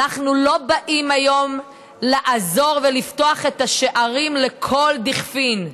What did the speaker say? אנחנו לא באים היום לעזור ולפתוח את השערים לכל דכפין.